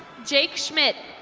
jake schmidt.